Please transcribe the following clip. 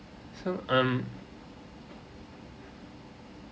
so um